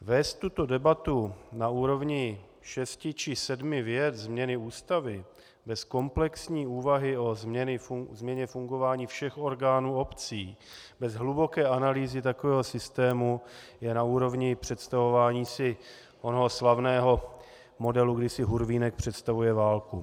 Vést tuto debatu na úrovni šesti či sedmi vět změny ústavy bez komplexní úvahy o změně fungování všech orgánů obcí, bez hluboké analýzy takového systému je na úrovni představování si onoho slavného modelu, když si Hurvínek představuje válku.